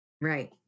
Right